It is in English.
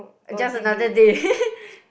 just another day